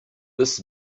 this